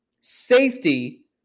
safety